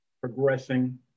progressing